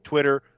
Twitter